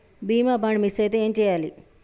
బీమా bond miss అయితే ఏం చేయాలి?